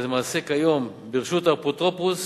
אז למעשה כיום ברשות האפוטרופוס